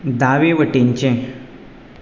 दावे वटेनचें